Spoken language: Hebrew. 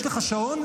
יש לך שעון?